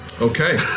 Okay